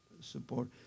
support